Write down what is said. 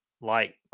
light